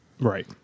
right